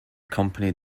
company